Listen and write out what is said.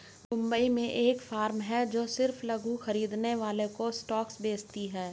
मुंबई में एक फार्म है जो सिर्फ लघु खरीदने वालों को स्टॉक्स बेचती है